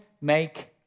make